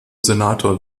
senator